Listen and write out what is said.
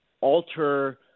alter